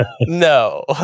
No